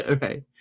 Right